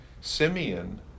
Simeon